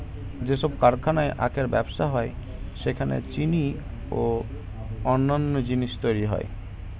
যেসব কারখানায় আখের ব্যবসা হয় সেখানে চিনি ও অন্যান্য জিনিস তৈরি হয়